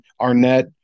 Arnett